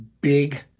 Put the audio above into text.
big